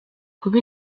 kuba